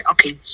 Okay